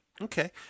Okay